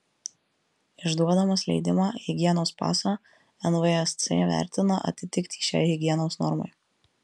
išduodamas leidimą higienos pasą nvsc vertina atitiktį šiai higienos normai